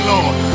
Lord